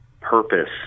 purpose